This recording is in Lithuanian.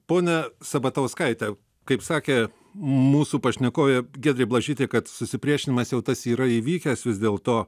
ponia sabatauskaite kaip sakė mūsų pašnekovė giedrė blažytė kad susipriešinimas jau tas yra įvykęs vis dėlto